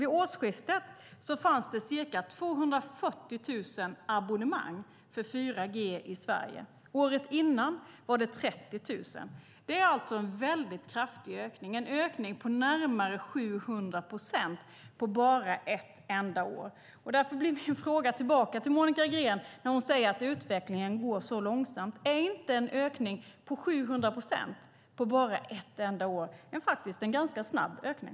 Vid årsskiftet fanns det ca 240 000 abonnemang för 4G i Sverige. Året innan var det 30 000. Det är en kraftig ökning på närmare 700 procent på bara ett enda år. När Monica Green säger att utvecklingen går så långsamt undrar jag om inte en ökning på 700 procent på bara ett enda år en snabb ökning.